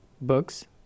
books